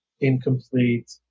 incomplete